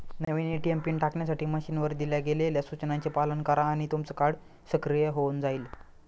नवीन ATM pin टाकण्यासाठी मशीनवर दिल्या गेलेल्या सूचनांचे पालन करा आणि तुमचं कार्ड सक्रिय होऊन जाईल